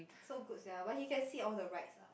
so good sia but he can sit all the rides ah